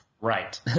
right